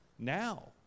Now